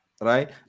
right